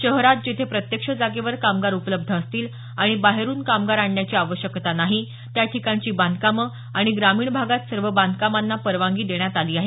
शहरात जेथे प्रत्यक्ष जागेवर कामगार उपलब्ध असतील आणि बाहेरून कामगार आणण्याची आवश्यकता नाही त्याठिकाणची बांधकामं आणि ग्रामीण भागात सर्व बांधकामांना परवानगी देण्यात आली आहे